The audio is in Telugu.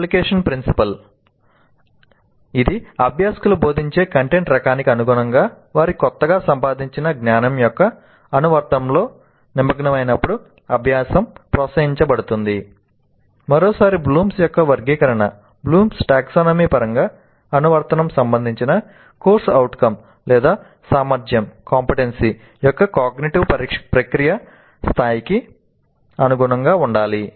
అప్లికేషన్ ప్రిన్సిపల్ ప్రక్రియ స్థాయికి అనుగుణంగా ఉండాలి